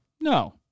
No